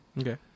Okay